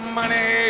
money